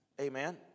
Amen